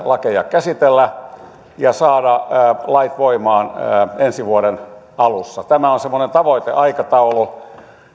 lakeja käsitellä ja saada lait voimaan ensi vuoden alussa tämä on semmoinen tavoiteaikataulu